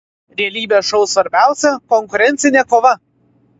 realybės šou svarbiausia konkurencinė kova